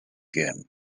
game